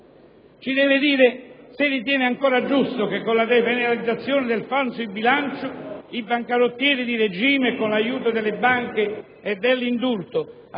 Ci deve dire se ritiene ancora giusto che con la depenalizzazione del falso in bilancio i bancarottieri di regime, con l'aiuto delle banche e dell'indulto (a